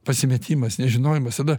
pasimetimas nežinojimas tada